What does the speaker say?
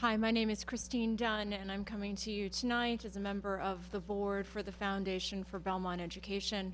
hi my name is christine john and i'm coming to you tonight as a member of the board for the foundation for belmont education